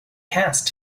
cast